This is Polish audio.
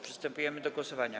Przystępujemy do głosowania.